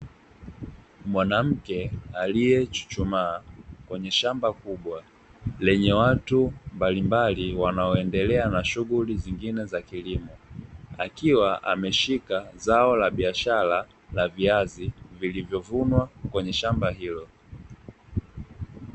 Mwanamke aliyechuchumaa kwenye shamba kubwa lenye watu mbalimbali wanaoendelea na shughuli zingine za kilimo, akiwa ameshika zao la biashara la viazi vilivyovunwa kwenye shamba hilo.